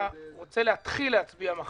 אתה רוצה להתחיל להצביע מחר.